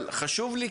אבל חשוב לי,